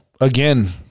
again